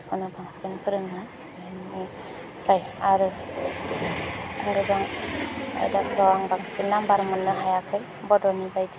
बांसिन फोरोङो बिनिफ्राय आरो आरो गोबां आयदाफ्राव आं बांसिन नाम्बार मोननो हायाखै बड'नि बायदि